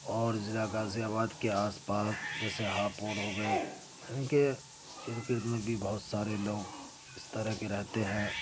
اور ضلع غازی آباد کے آس پاس جیسے ہاپوڑ ہو گیے ان کے ارد گرد میں بھی بہت سارے لوگ اس طرح کے رہتے ہیں